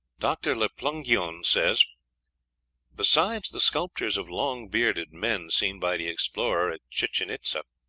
dr. le plongeon says besides the sculptures of long-bearded men seen by the explorer at chichen itza,